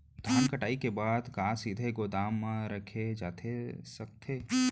धान कटाई के बाद का सीधे गोदाम मा रखे जाथे सकत हे?